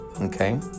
okay